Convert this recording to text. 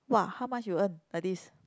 [wah] how much you earn like this